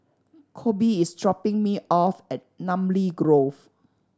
Coby is dropping me off at Namly Grove